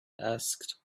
asked